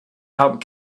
helped